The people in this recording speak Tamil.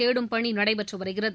தேடும் பணி நடைபெற்று வருகிறது